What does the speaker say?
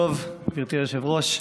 ערב טוב, גברתי היושבת-ראש.